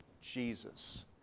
Jesus